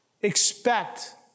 Expect